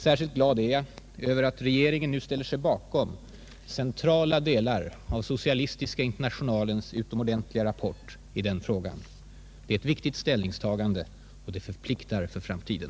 Särskilt glad är jag över att regeringen nu ställer sig bakom centrala delar av socialistiska internationalens utomordentliga rapport i den frågan. Det är ett viktigt ställningstagande, och det förpliktar för framtiden.